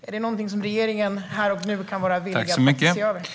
Är det något som regeringen här och nu kan vara villig att se över?